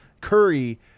Curry